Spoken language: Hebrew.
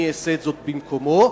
אעשה זאת במקומו,